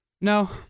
No